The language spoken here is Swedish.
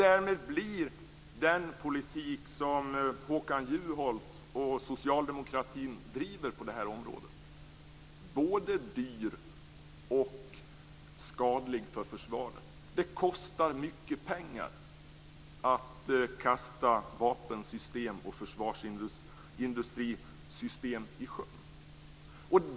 Därmed blir den politik som Håkan Juholt och socialdemokratin driver på detta område både dyr och skadlig för försvaret. Det kostar mycket pengar att kasta vapensystem och försvarsindustrisystem i sjön.